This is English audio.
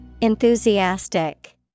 Enthusiastic